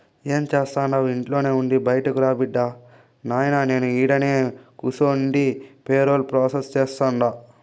ఏం జేస్తండావు ఇంట్లోనే ఉండి బైటకురా బిడ్డా, నాయినా నేను ఈడనే కూసుండి పేరోల్ ప్రాసెస్ సేస్తుండా